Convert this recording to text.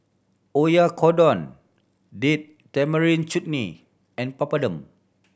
Oyakodon Date Tamarind Chutney and Papadum